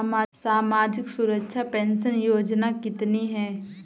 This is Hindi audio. सामाजिक सुरक्षा पेंशन योजना कितनी हैं?